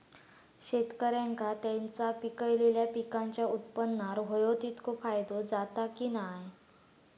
शेतकऱ्यांका त्यांचा पिकयलेल्या पीकांच्या उत्पन्नार होयो तितको फायदो जाता काय की नाय?